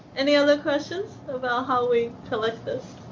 any other questions about how we collect this?